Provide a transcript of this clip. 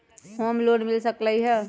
Home loan मिल सकलइ ह?